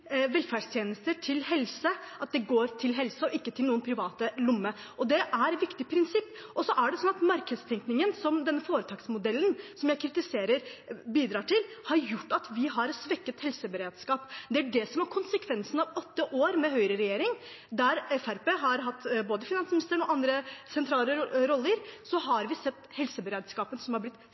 velferdstjenester innen helse, går til helse og ikke i privates lommer. Det er et viktig prinsipp. Markedstenkningen, som den foretaksmodellen jeg kritiserer, bidrar til, har gjort at vi har svekket helseberedskap. Det er det som er konsekvensen av åtte år med høyreregjering, der Fremskrittspartiet har hatt både finansministeren og andre sentrale roller, vi har sett at helseberedskapen har blitt